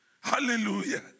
Hallelujah